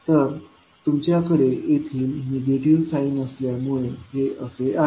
तर तुमच्याकडे येथे निगेटिव्ह साईन असल्यामुळे हे असे आहे